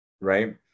Right